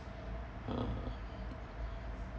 uh